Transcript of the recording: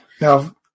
Now